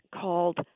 called